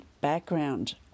background